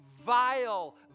vile